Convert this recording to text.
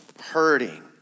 hurting